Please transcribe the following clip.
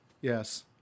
yes